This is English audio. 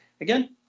again